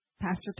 Pastor